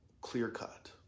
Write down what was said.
clear-cut